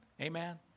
Amen